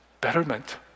betterment